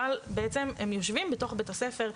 אבל בעצם הם יושבים בתוך בית ספר,